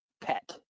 pet